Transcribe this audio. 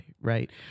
right